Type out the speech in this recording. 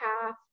half